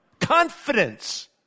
Confidence